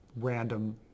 random